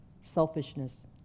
Selfishness